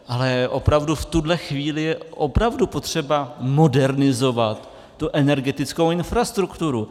Ale opravdu v tuhle chvíli je opravdu potřeba modernizovat tu energetickou infrastrukturu.